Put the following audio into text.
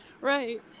right